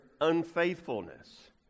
unfaithfulness